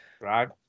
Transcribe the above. Right